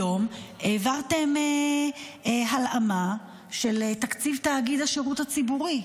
היום העברתם הלאמה של תקציב תאגיד השירות הציבורי,